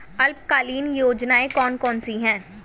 अल्पकालीन योजनाएं कौन कौन सी हैं?